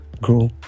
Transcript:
grow